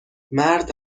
مرد